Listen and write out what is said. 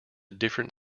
different